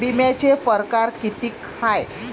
बिम्याचे परकार कितीक हाय?